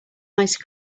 ice